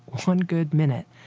one good minute,